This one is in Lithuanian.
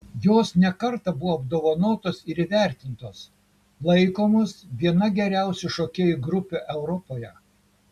jos ne kartą buvo apdovanotos ir įvertintos laikomos viena geriausių šokėjų grupių europoje